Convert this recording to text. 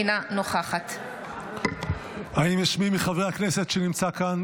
אינה נוכחת האם יש מי מחברי הכנסת שנמצא כאן,